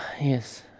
yes